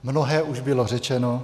Mnohé už bylo řečeno.